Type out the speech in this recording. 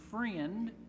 friend